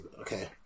okay